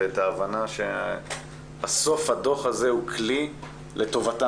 ואת ההבנה שבסוף הדוח הזה הוא כלי לטובתם.